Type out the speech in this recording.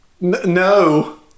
no